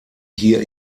hier